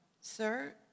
Sir